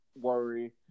worry